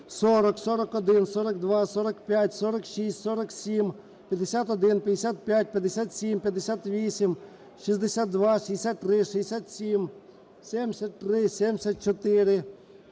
40, 41, 42, 45, 46, 47, 51, 55, 57, 58, 62, 63, 67, 73, 74,